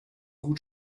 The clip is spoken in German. gut